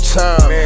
time